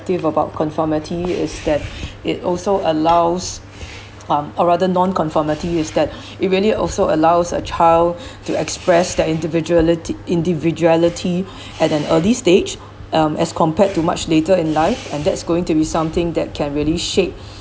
thing about conformity is that it also allows harm or rather non-conformity is that it really also allows a child to express their individuality individuality at an early stage um as compared to much later in life and that's going to be something that can really shape